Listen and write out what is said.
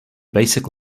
basic